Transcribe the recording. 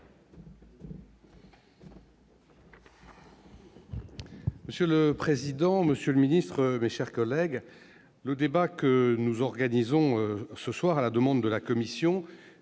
Monsieur le président, monsieur le ministre, mes chers collègues, le débat que nous organisons ce soir à la demande de la commission